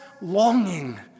longing